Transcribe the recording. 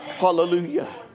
Hallelujah